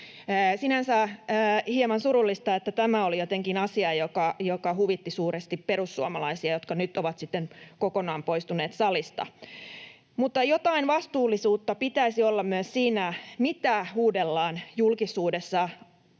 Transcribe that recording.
Sinänsä on hieman surullista, että tämä oli jotenkin asia, joka huvitti suuresti perussuomalaisia, jotka nyt ovat kokonaan poistuneet salista. Mutta jotain vastuullisuutta pitäisi olla myös siinä, mitä huudellaan julkisuudessa